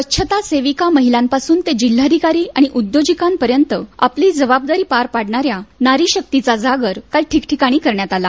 स्वच्छता सेविका महिलांपासून ते जिल्हाधीकारी आणि उद्योजिकांपर्यंत आपली जबाबदारी पार पाडणाऱ्या नारी शक्तीचा जागर काल ठिकठिकाणी करण्यात आला